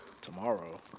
tomorrow